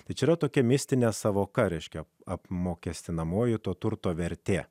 tai čia yra tokia mistinė sąvoka reiškia apmokestinamoji to turto vertė